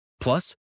Plus